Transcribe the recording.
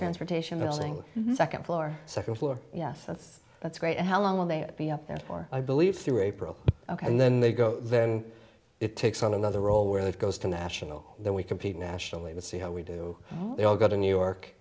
transportation building the second floor second floor yes that's great how long will they be up there for i believe through april ok and then they go then it takes on another role where it goes to national then we compete nationally to see how we do they all go to new york